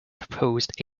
proposed